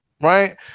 right